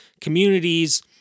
communities